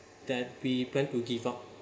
that we plan to give up